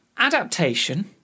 Adaptation